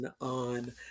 on